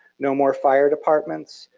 no more fire departments.